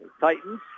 Titans